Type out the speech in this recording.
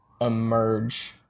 emerge